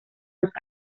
los